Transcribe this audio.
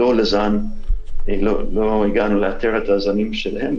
לא הגענו לאתר את הזנים שלהם,